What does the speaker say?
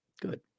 Good